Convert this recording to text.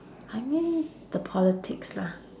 I mean the politics lah